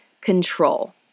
control